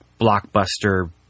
blockbuster